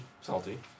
Salty